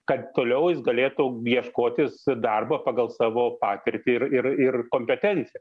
kad toliau jis galėtų ieškotis darbo pagal savo patirtį ir ir ir kompetenciją